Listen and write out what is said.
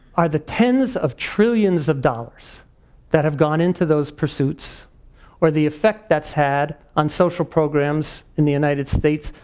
are the tens of trillions of dollars that have gone into those pursuits or the effect that's had on social programs in the united states,